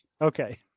Okay